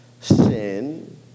sin